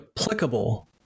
applicable